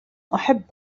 أحب